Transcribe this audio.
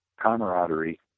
camaraderie